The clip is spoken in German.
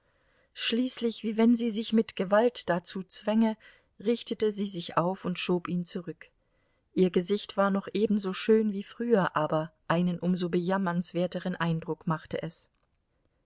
schließlich wie wenn sie sich mit gewalt dazu zwänge richtete sie sich auf und schob ihn zurück ihr gesicht war noch ebenso schön wie früher aber einen um so bejammernswerteren eindruck machte es